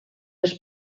els